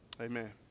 amen